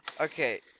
Okay